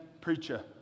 Preacher